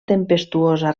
tempestuosa